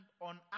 on